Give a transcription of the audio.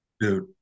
dude